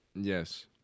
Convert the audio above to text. Yes